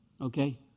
okay